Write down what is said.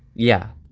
yeah.